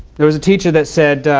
there was a teacher that said,